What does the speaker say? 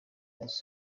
rwacu